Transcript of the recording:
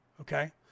Okay